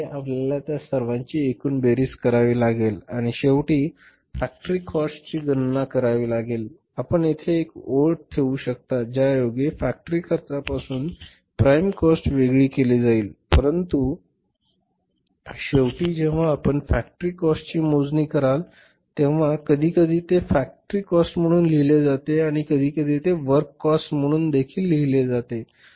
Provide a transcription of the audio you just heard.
आपल्याला त्या सर्वांची एकूण बेरीज करावी लागेल आणि शेवटी फॅक्टरी काॅस्टची गणना करावी लागेल आपण येथे एक ओळ ठेवू शकता ज्यायोगे फॅक्टरी खर्चापासून प्राईम काॅस्ट वेगळी केली जाईल परंतु शेवटी जेव्हा आपण फॅक्टरी काॅस्टची मोजणी कराल तेव्हा कधीकधी ते फॅक्टरी काॅस्ट म्हणून लिहिले जाते किंवा कधीकधी ते वर्क काॅस्ट म्हणून लिहिले जाते